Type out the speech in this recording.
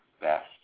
best